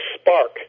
spark